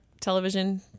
television